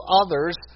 others